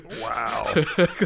Wow